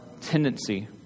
tendency